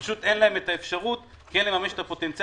פשוט אין להם את האפשרות כן לממש את הפוטנציאל,